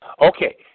Okay